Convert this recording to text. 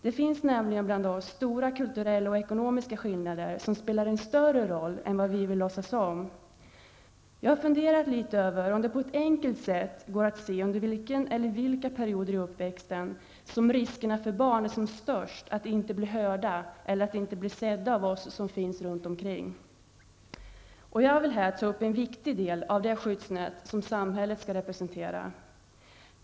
Det finns nämligen bland oss stora kulturella och ekonomiska skillnader som spelar en större roll än vad vi vill låtsas om. Jag har funderat litet över om det på ett enkelt sätt går att se under vilken eller vilka perioder i uppväxten som riskerna för barn är som störst att inte bli hörda eller att inte bli sedda av oss som finns runt omkring. Jag vill här ta upp en viktig del av det skyddsnät som samhället skall representera.